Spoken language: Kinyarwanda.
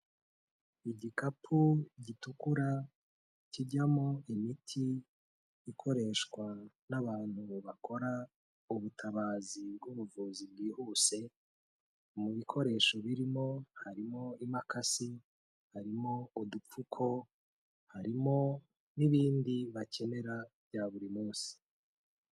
Igikapu gitukura kijyamo imiti ikoreshwa n'abantu bakora ubutabazi bw'ubuvuzi bwihuse, mu bikoresho birimo, harimo impakasi, harimo udupfuko, harimo n'ibindi bakenera bya buri munsi.